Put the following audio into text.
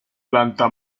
planta